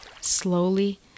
Slowly